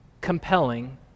compelling